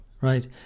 Right